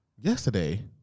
yesterday